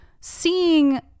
seeing